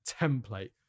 template